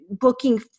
booking